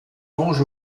range